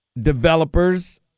Developers